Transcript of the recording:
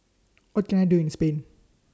What Can I Do in Spain